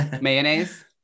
Mayonnaise